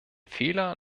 fehler